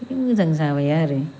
मोजां जाबाय आरो